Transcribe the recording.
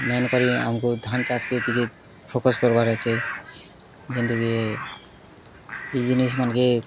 main କରି ଆମକୁ ଧାନ ଚାଷ୍ କେ ଟିକେ ଫୋକସ୍ କରବାର୍ ଅଛି ଯେନ୍ତି କି ବିଜନେସ୍ ମାନକେ